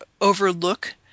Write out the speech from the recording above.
overlook